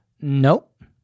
nope